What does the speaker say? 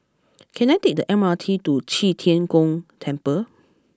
can I take the M R T to Qi Tian Gong Temple